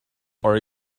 are